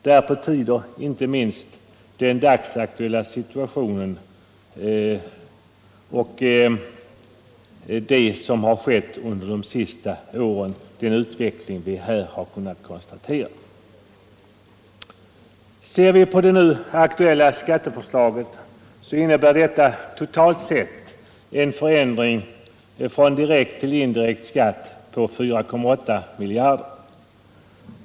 Därpå tyder inte minst den dagsaktuella situationen och den utveckling vi har kunnat konstatera under de senaste åren. Ser vi på det nu aktuella skatteförslaget finner vi att detta totalt sett innebär en förändring från direkt till indirekt skatt på 4,8 miljarder kronor.